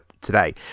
today